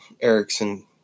Erickson